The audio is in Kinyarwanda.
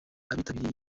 abitabiriye